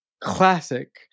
classic